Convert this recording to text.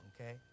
okay